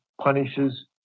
punishes